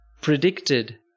predicted